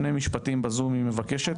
שני משפטים בזום היא מבקשת,